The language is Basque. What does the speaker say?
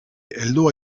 heldu